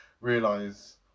realize